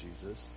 Jesus